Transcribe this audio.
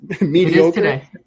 mediocre